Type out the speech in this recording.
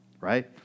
right